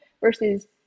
versus